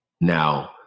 Now